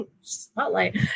spotlight